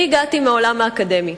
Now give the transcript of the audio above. אני הגעתי מהעולם האקדמי.